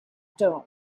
term